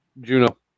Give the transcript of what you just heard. Juno